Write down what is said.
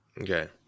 okay